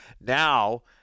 now